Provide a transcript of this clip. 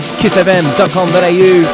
kissfm.com.au